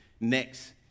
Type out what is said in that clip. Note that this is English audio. next